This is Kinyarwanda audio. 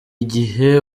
igihe